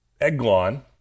Eglon